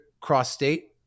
cross-state